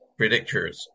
predictors